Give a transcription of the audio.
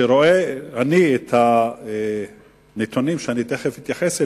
כשאני רואה את הנתונים, ואני אתייחס אליהם,